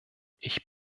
ich